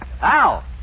Al